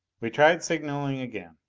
we tried signaling again.